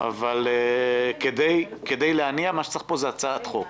אבל כדי להניע צריך פה הצעת חוק.